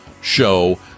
show